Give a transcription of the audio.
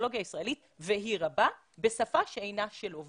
בטופסולוגיה הישראלית בשפה שאינה שלו.